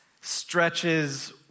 stretches